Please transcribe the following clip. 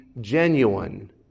genuine